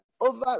over